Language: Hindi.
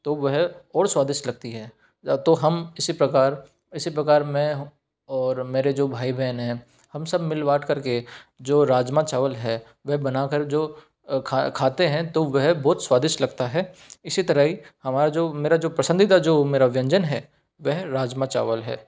तो वह और स्वादिष्ट लगती है तो हम इसी प्रकार इसी प्रकार मैं और मेरे जो भाई बहन हैं हम सब मिल बाँट करके जो राजमा चावल है वह बना कर जो खा खाते हैं तो वह बहुत स्वादिष्ट लगता है इसी तरह ही हमारा जो मेरा जो पसंदीदा जो मेरा व्यंजन है वह राजमा चावल है